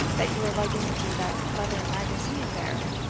that you are lugging with you that leathern magazine there,